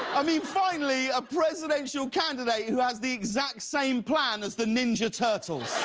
i mean finally a presidential candidate who has the exact same plan as the ninja turtles.